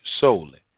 solely